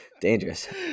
Dangerous